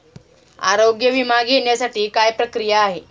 आरोग्य विमा घेण्यासाठी काय प्रक्रिया आहे?